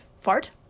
fart